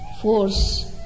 force